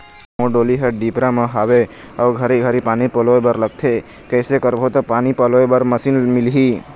मोर डोली हर डिपरा म हावे अऊ घरी घरी पानी पलोए बर लगथे कैसे करबो त पानी पलोए बर मशीन मिलही?